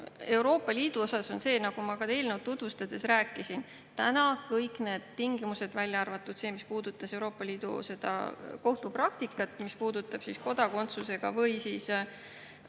Euroopa Liidu puhul, nagu ma ka eelnõu tutvustades rääkisin, on täna kõik need tingimused, välja arvatud see, mis puudutab Euroopa Liidu seda kohtupraktikat, mis puudutab kodakondsusega või siis